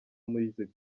music